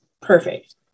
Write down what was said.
Perfect